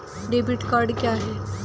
Debit card क्या है?